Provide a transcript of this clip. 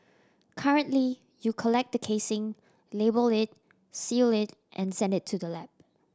currently you collect the casing label it seal it and send it to the lab